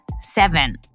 Seven